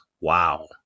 Wow